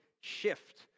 shift